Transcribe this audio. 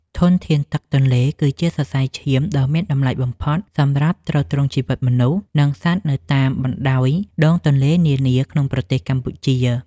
ធនធានទឹកទន្លេគឺជាសរសៃឈាមដ៏មានតម្លៃបំផុតសម្រាប់ទ្រទ្រង់ជីវិតមនុស្ស និង សត្វនៅតាមបណ្តោយដងទន្លេនានាក្នុងប្រទេសកម្ពុជា។